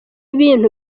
bintu